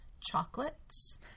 chocolates